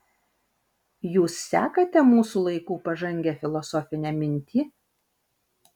jūs sekate mūsų laikų pažangią filosofinę mintį